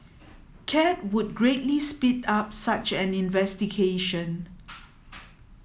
cat would greatly speed up such an investigation